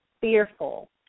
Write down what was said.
fearful